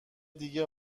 دیگه